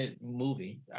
movie